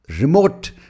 remote